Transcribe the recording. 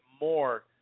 more